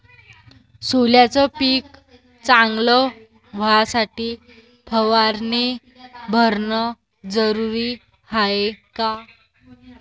सोल्याचं पिक चांगलं व्हासाठी फवारणी भरनं जरुरी हाये का?